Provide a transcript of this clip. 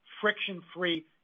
friction-free